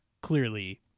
clearly